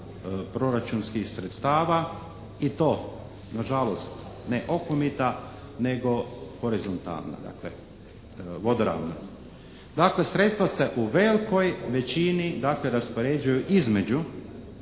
proračunskih sredstava i to nažalost ne okomita nego horizontalna, dakle, vodoravna. Dakle, sredstva se u velikoj većini dakle raspoređuju između